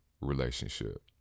relationship